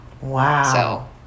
Wow